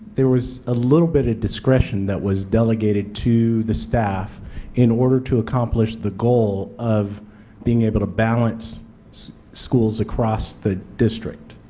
there was a little bit of discretion that was delegated to the staff in order to accomplish the goal of being able to balance schools across the district.